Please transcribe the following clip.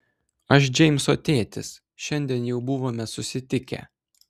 aš džeimso tėtis šiandien jau buvome susitikę